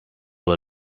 way